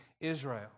Israel